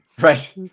Right